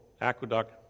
aqueduct